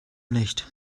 nicht